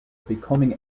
becoming